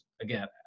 again